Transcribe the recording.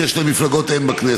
שיש להן מפלגות אם בכנסת,